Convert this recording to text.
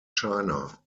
china